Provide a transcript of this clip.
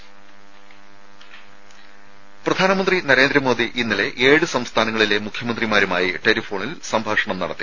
രുമ പ്രധാനമന്ത്രി നരേന്ദ്രമോദി ഇന്നലെ ഏഴ് സംസ്ഥാനങ്ങളിലെ മുഖ്യമന്ത്രിമാരുമായി ടെലിഫോണിൽ സംഭാഷണം നടത്തി